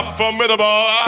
formidable